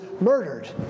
murdered